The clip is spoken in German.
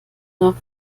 nach